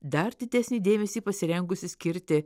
dar didesnį dėmesį pasirengusi skirti